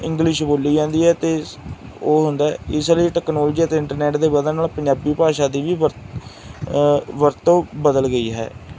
English ਬੋਲੀ ਜਾਂਦੀ ਹੈ ਅਤੇ ਸ ਉਹ ਹੁੰਦਾ ਇਸ ਲਈ ਟੈਕਨੋਲੋਜੀ ਅਤੇ ਇੰਟਰਨੈਟ ਦੇ ਵਧਣ ਨਾਲ ਪੰਜਾਬੀ ਭਾਸ਼ਾ ਦੀ ਵੀ ਵਰ ਵਰਤੋਂ ਬਦਲ ਗਈ ਹੈ